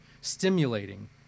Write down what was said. stimulating